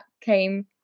came